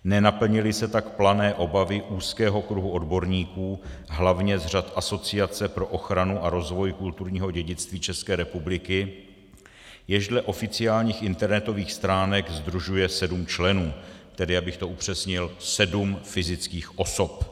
Nenaplnily se tak plané obavy úzkého kruhu odborníků, hlavně z řad Asociace pro ochranu a rozvoj kulturního dědictví České republiky, jež dle oficiálních internetových stránek sdružuje sedm členů tedy abych to upřesnil, sedm fyzických osob.